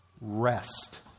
Rest